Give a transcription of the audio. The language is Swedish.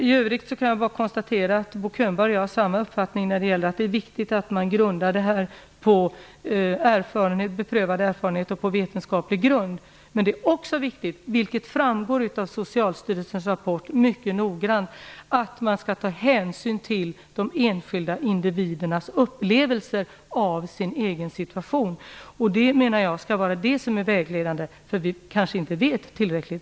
I övrigt kan jag bara konstatera att Bo Könberg och jag har samma uppfattning när det gäller att det är viktigt att grunda handläggningen på beprövad erfarenhet och att den står på vetenskaplig grund. Men det är också viktigt, vilket mycket tydligt framgår av Socialstyrelsens rapport, att man skall ta hänsyn till de enskilda individernas upplevelser av den egna situationen. Jag menar att det skall vara vägledande, eftersom vi kanske ännu inte vet tillräckligt.